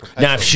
Now